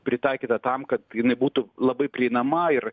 pritaikyta tam kad jinai būtų labai prieinama ir